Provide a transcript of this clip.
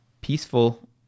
peaceful